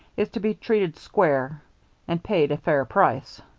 is to be treated square and paid a fair price.